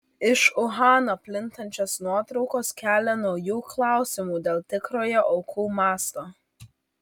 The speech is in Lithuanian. iš uhano plintančios nuotraukos kelia naujų klausimų dėl tikrojo aukų masto